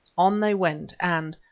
on they went, and,